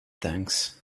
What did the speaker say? thanks